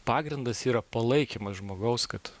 pagrindas yra palaikymas žmogaus kad